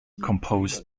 composed